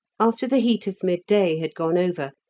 after the heat of midday had gone over,